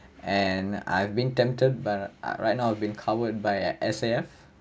and I've been tempted by right now I've been covered by S_A_F